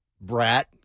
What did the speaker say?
brat